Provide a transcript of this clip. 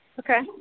okay